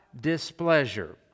displeasure